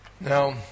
Now